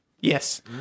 Yes